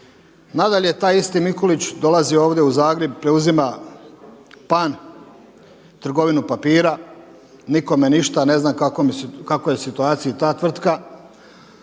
Nadalje, taj isti Mikulić dolazi ovdje u Zagreb i preuzima Pan, trgovinu papira, nikome ništa. Ne znam u kakvoj je situaciji ta tvrtka.